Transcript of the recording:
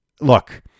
look